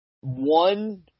one